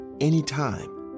Anytime